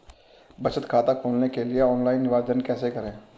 बचत खाता खोलने के लिए ऑनलाइन आवेदन कैसे करें?